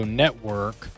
network